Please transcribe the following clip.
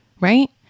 right